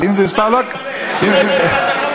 עכשיו הוא יקבל.